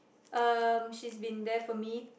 um she's been there for me